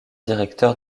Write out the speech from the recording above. directeur